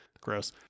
Gross